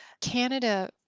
Canada